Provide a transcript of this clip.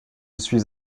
suis